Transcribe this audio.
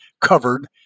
covered